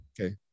okay